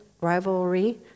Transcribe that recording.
rivalry